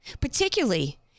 particularly